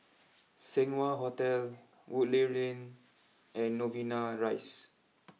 Seng Wah Hotel Woodleigh Lane and Novena Rise